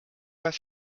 pas